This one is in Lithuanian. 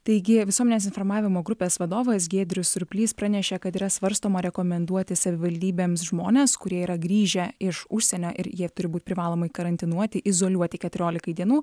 teigia visuomenės informavimo grupės vadovas giedrius surplys pranešė kad yra svarstoma rekomenduoti savivaldybėms žmones kurie yra grįžę iš užsienio ir jie turi būt privalomai karantinuoti izoliuoti keturiolikai dienų